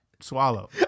swallow